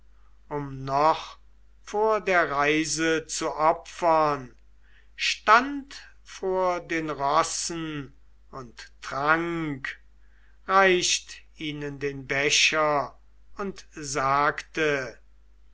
um noch vor der reise zu opfern stand vor den rossen und trank reicht ihnen den becher und sagte